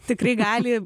tikrai gali